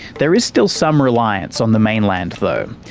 there is still some reliance on the mainland though.